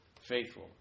faithful